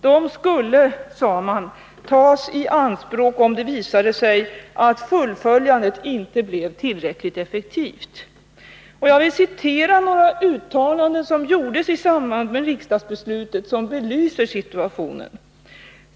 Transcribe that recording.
De skulle, sade man, tas i anspråk om det visade sig att fullföljandet inte blev tillräckligt effektivt. Jag vill citera några uttalanden som gjordes i samband med riksdagsbeslutet och som belyser situationen.